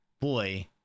boy